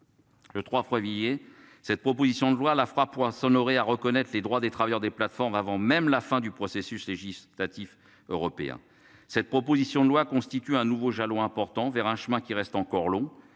fois premiers cette proposition de loi la frappe. À reconnaître les droits des travailleurs des plateformes avant même la fin du processus législatif européen. Cette proposition de loi constitue un nouveau jalon important vers un chemin qui reste encore long